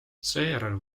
seejärel